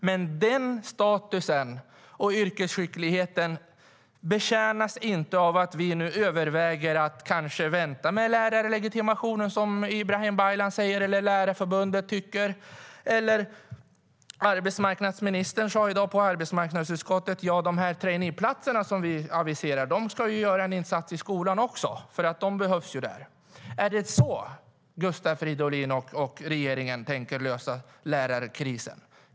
Men den statusen och yrkesskickligheten betjänas inte av att vi överväger att kanske vänta med lärarlegitimationen, som Ibrahim Baylan säger eller Lärarförbundet tycker. Arbetsmarknadsministern sade i dag på arbetsmarknadsutskottets möte att de aviserade traineeplatserna även ska finnas i skolan. Traineer behövs också där. Är det så Gustav Fridolin och regeringen tänker lösa lärarkrisen?